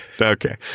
Okay